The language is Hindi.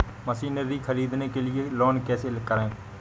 मशीनरी ख़रीदने के लिए लोन कैसे करें?